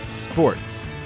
sports